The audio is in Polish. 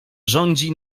rządzi